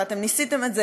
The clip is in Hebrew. ואתם ניסיתם את זה,